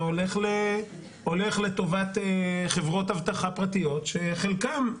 הולך לטובת חברות אבטחה פרטיות שחלקן,